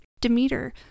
Demeter